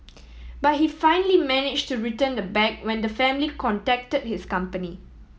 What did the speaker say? but he finally managed to return the bag when the family contacted his company